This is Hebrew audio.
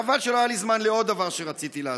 חבל שלא היה לי זמן לעוד דבר שרציתי להזכיר.